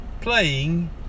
playing